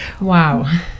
Wow